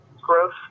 growth